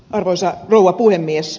arvoisa rouva puhemies